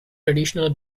traditional